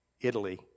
Italy